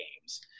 games